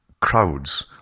crowds